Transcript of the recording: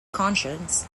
conscience